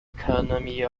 economy